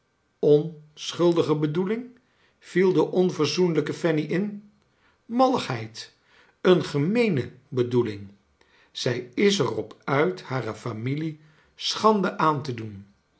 onschuldige bedoeling viel de onverzoenlijke fanny in malligheid een gemeene bedoeling zij is er op uit hare familie sohande aan te do